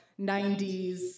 90s